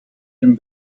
him